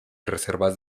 reservas